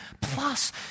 Plus